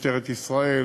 משטרת ישראל,